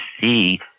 see